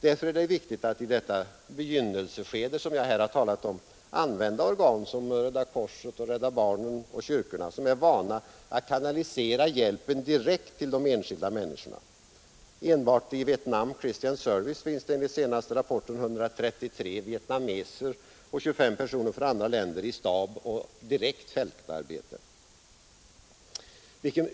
Därför är det viktigt att i detta begynnelseskede som jag här har talat om, använda organ som Röda korset, Rädda barnen och kyrkorna, som är vana att kanalisera hjälpen direkt till de enskilda människorna. Enbart i Vietnam Christian Service finns det enligt senaste rapporten 133 vietnameser och 25 personer från andra länder i stabsoch direkt fältarbete.